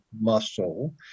muscle